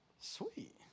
sweet